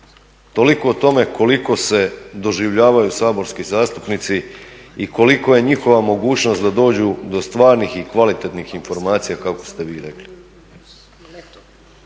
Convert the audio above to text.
Toliko o tome koliko se doživljavaju saborski zastupnici i koliko je njihova mogućnost da dođu do stvarnih i kvalitetnih informacija kako ste vi rekli.